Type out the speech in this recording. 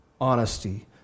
honesty